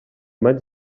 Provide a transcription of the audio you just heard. maig